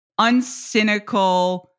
uncynical